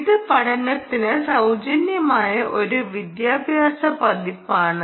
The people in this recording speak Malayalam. ഇത് പഠനത്തിന് സൌജന്യമായ ഒരു വിദ്യാഭ്യാസ പതിപ്പാണ്